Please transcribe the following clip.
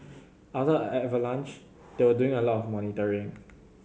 other avalanche they were doing a lot of monitoring